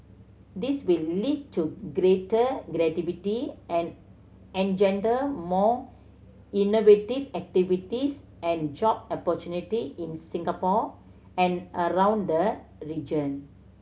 this will lead to greater creativity and engender more innovative activities and job opportunity in Singapore and around the region